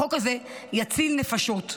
החוק הזה יציל נפשות.